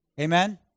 Amen